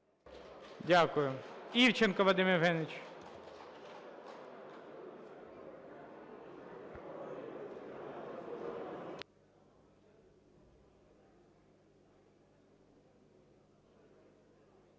Дякую. Івченко Вадим Євгенович.